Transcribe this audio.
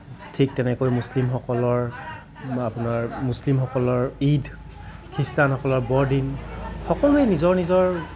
ঠিক তেনেকৈ মুছলিমসকলৰ বা আপোনাৰ মুছলিমসকলৰ ঈদ খ্ৰীষ্টানসকলৰ বৰদিন সকলোৱে নিজৰ নিজৰ